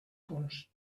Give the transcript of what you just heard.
punts